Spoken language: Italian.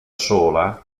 sola